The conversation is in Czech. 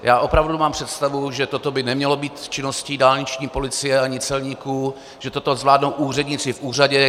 Já opravdu mám představu, že toto by nemělo být v činnosti dálniční policie ani celníků, že toto zvládnou úředníci v úřadě.